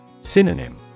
Synonym